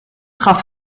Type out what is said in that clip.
gaf